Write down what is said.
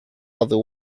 other